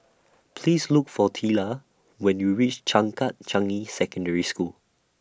Please Look For Teela when YOU REACH Changkat Changi Secondary School